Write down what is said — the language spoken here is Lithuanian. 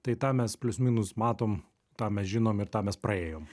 tai tą mes plius minus matom tą mes žinom ir tą mes praėjom